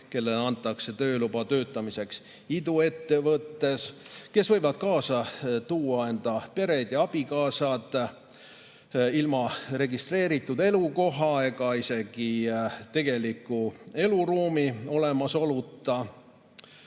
kellele antakse tööluba iduettevõttes töötamiseks, nad võivad kaasa tuua enda pered ja abikaasad ilma registreeritud elukoha ja isegi tegeliku eluruumi olemasoluta,